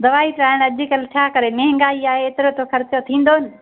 दवाई खाइण अॼकल्ह छा करे महांगाई आहे एतिरो तो ख़र्चु थींदो न